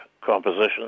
composition